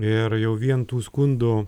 ir jau vien tų skundų